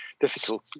difficult